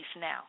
now